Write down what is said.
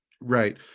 Right